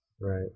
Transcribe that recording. Right